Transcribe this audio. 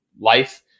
life